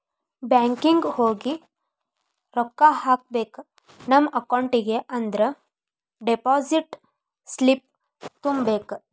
banking ಹೋಗಿ ರೊಕ್ಕ ಹಾಕ್ಕೋಬೇಕ್ ನಮ ಅಕೌಂಟಿಗಿ ಅಂದ್ರ ಡೆಪಾಸಿಟ್ ಸ್ಲಿಪ್ನ ತುಂಬಬೇಕ್